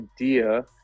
idea